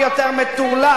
מי יותר מטורלל.